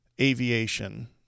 aviation